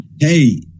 Hey